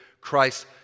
Christ